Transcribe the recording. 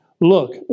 Look